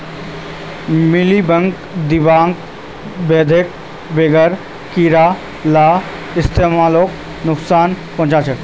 mealybug, दीमक, बेधक वगैरह कीड़ा ला फस्लोक नुक्सान पहुंचाः